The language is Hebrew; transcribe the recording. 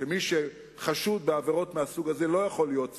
שמי שחשוד בעבירות מן הסוג הזה לא יכול להיות שר.